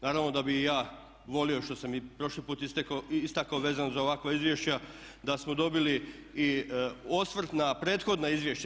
Naravno da bih i ja volio, što sam i prošli put istakao vezano za ovakva izvješća, da smo dobili i osvrt na prethodna izvješća.